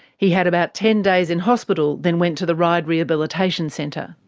he had about ten days in hospital, then went to the ryde rehabilitation centre.